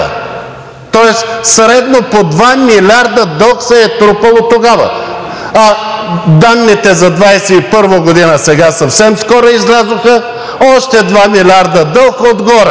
Тоест средно по 2 милиарда дълг се е трупал тогава. А данните за 2021 г. сега съвсем скоро излязоха, още 2 милиарда дълг отгоре.